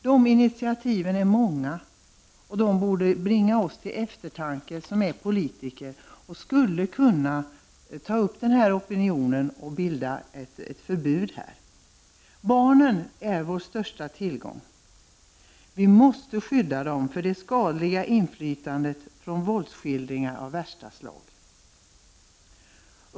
De initiativen är många, och de borde bringa oss till eftertanke, vi som är politiker och skulle kunna ta upp denna opinion för ett förbud. Barnen är vår största tillgång. Vi måste skydda dem mot ett skadligt inflytande från våldsskildringar av värsta slag.